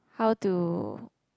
how to